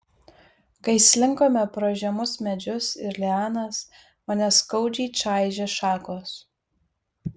kai slinkome pro žemus medžius ir lianas mane skaudžiai čaižė šakos